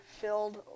filled